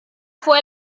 fue